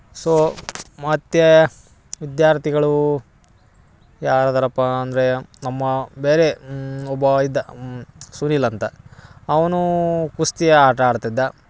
so ಮತ್ತು ವಿದ್ಯಾರ್ಥಿಗಳು ಯಾರು ಅದರಪ್ಪಾ ಅಂದರೆ ನಮ್ಮ ಬೇರೆ ಒಬ್ಬ ಇದ್ದ ಸುನಿಲ್ ಅಂತ ಅವನು ಕುಸ್ತಿಯ ಆಟ ಆಡ್ತಿದ್ದ